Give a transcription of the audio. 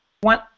One